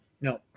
No